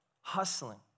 hustling